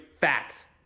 facts